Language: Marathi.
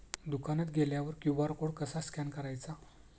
दुकानात गेल्यावर क्यू.आर कोड कसा स्कॅन करायचा?